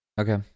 Okay